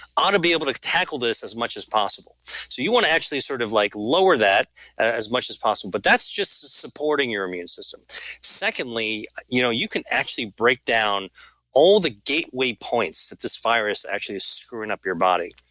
ought to be able to tackle this as much as possible so you want to actually sort of like lower that as much as possible, but that's just supporting your immune system secondly, you know you can actually break down all the gateway points that this virus actually is screwing up your body.